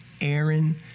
Aaron